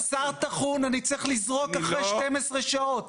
בשר טחון אני צריך לזרוק אחרי 12 שעות.